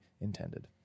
intended